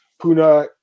Puna